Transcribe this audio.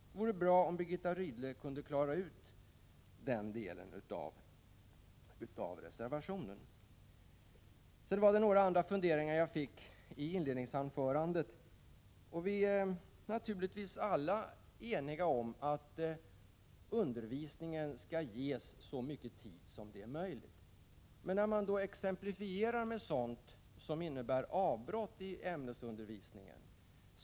Det vore bra om Birgitta Rydle kunde klara ut detta. Jag har några andra funderingar. Vi är naturligtvis alla eniga om att undervisningen skall ges så mycken tid som möjligt. Birgitta Rydle gav exempel på sådant som innebär avbrott i ämnesundervisningen.